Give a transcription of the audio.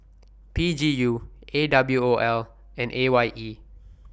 P G U A W O L and A Y E